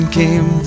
came